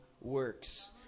works